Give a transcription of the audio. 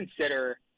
consider